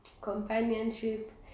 Companionship